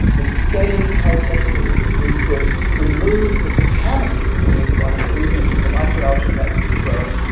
we studied how effectively we could remove the contaminants in the wastewater using the micro algae that we were growing,